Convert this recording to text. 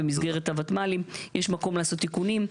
במסגרת ה-ותמ"לים יש מקום לעשות תיקונים,